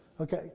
Okay